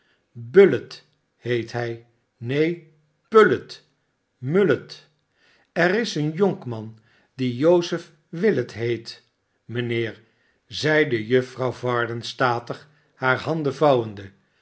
bullet heet hij neen pullet mullet er is een jonkman die joseph willet heet mijnheer zeide juffrouw varden statig hare handen vouwende